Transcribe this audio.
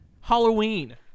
Halloween